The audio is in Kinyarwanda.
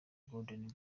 golden